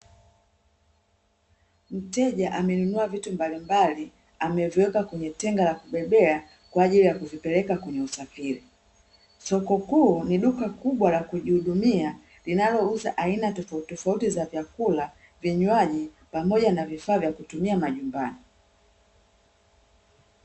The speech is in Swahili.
Mteja amenunua vitu mbalimbali ameviweka kwenye tenga la kubebea kwa ajili ya kuzipeleka kwenye usafiri soko kuu ni duka kubwa la kujihudumia linalouza aina tofauti tofauti za vyakula, vinywaji pamoja na vifaa vya kutumia majumbani.